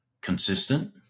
consistent